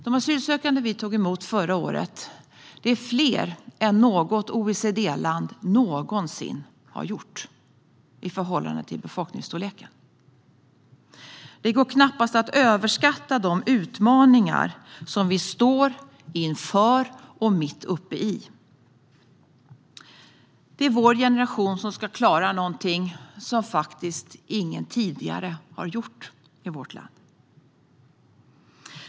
Vi tog förra året emot fler asylsökande än något annat OECD-land någonsin har gjort i förhållande till befolkningsstorleken. Det går knappast att överskatta de utmaningar som vi står inför och är mitt uppe i. Vår generation ska klara någonting som faktiskt ingen tidigare har gjort i vårt land.